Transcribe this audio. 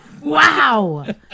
Wow